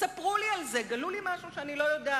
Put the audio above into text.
ספרו לי על זה, גלו לי משהו שאני לא יודעת.